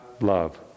love